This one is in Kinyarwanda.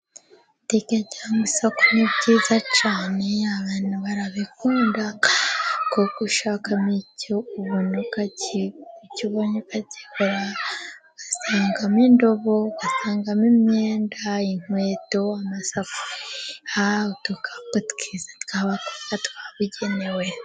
Butike cyangwa isoko ni byiza cyane, abantu barabikunda kuko ushaka icyo ubona ukakigura. Usangamo: indobo, imyenda inkweto, amasafuriya, udukapu twiza twabigenewe.